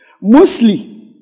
Mostly